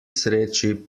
sreči